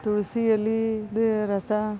ತುಳಸಿ ಎಲೆದು ರಸ